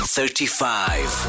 Thirty-five